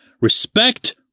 Respect